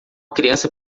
criança